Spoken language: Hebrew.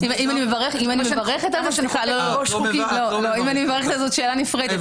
אם אני מברכת - זו שאלה נפרדת.